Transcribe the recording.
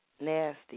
nasty